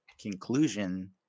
conclusion